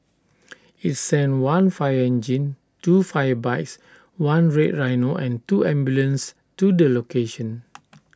IT sent one fire engine two fire bikes one red rhino and two ambulances to the location